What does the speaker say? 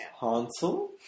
Hansel